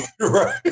Right